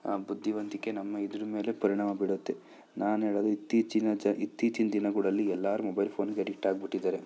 ಬುದ್ಧಿವಂತಿಕೆ ನಮ್ಮ ಇದರ ಮೇಲೆ ಪರಿಣಾಮ ಬೀಳುತ್ತೆ ನಾನು ಹೇಳೋದು ಇತ್ತೀಚಿನ ಚ ಇತ್ತೀಚಿನ ದಿನಗಳಲ್ಲಿ ಎಲ್ಲರು ಮೊಬೈಲ್ ಫೋನ್ಗೆ ಅಡಿಕ್ಟ್ ಆಗಿಬಿಟ್ಟಿದಾರೆ